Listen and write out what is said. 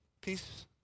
Peace